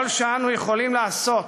כל שאנו יכולים לעשות